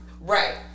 Right